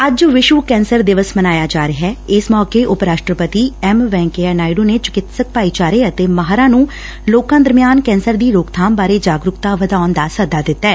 ੱਜ ਵਿਸ਼ਵ ਕੈਂਸਰ ਦਿਵਸ ਮਨਾਇਆ ਜਾ ਰਿਹੈ ਇਸ ਮੌਕੇ ਉਪ ਰਾਸ਼ਟਰਪਤੀ ਐਮ ਵੈਂਕਈਆ ਨਾਇਡੁ ਨੇ ਚਿਕਿਤਸਕ ਭਾਈਚਾਰੇ ਅਤੇ ਮਾਹਿਰਾਂ ਨੂੰ ਲੋਕਾਂ ਦਰਮਿਆਨ ਕੈਂਸਰ ਦੀ ਰੋਕਥਾਮ ਬਾਰੇ ਜਾਗਰੂਕਤਾ ਵਧਾਉਣ ਦਾ ਸੱਦਾ ਦਿੱਤੈ